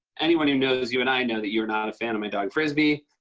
anyone who knows you and i know that you're not a fan of my dog frisbee.